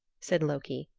said loki,